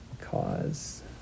cause